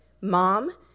Mom